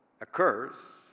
occurs